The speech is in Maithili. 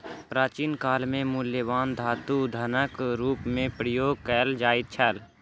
प्राचीन काल में मूल्यवान धातु धनक रूप में उपयोग कयल जाइत छल